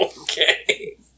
Okay